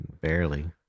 Barely